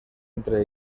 entre